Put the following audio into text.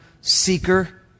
seeker